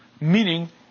meaning